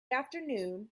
afternoon